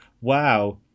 wow